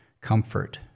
comfort